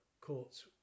courts